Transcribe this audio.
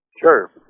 Sure